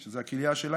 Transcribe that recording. שזו הכליה שלה.